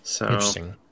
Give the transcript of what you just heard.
Interesting